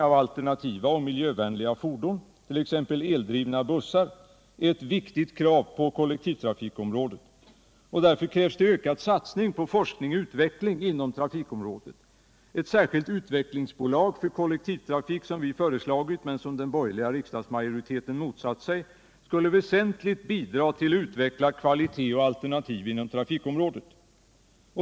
Alternativa och miljövänliga fordon, t.ex. eldrivna bussar, är ett viktigt krav på kollektivtrafikområdet. Därför krävs ökad satsning på forskning och utveckling inom trafikområdet. Ett särskilt utvecklingsbolag för kollektivtrafik som vi har föreslagit, men som den borgerliga riksdagsmajoriteten har motsatt sig, skulle väsentligt bidra till att utveckla kvalitet och alternativ inom trafikområdet.